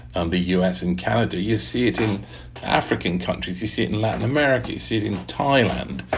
um the u s. and canada. you see it in african countries. you see it in latin america. you see it in thailand.